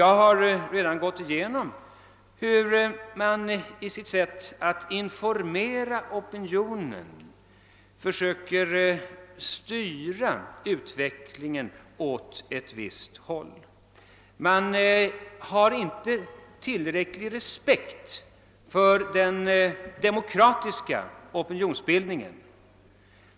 Jag har redan gått igenom hur regeringen i sitt sätt att informera opinionen försökt styra utvecklingen åt ett visst håll. Den har inte visat tillräcklig respekt för den demokratiska opinionsbildningen.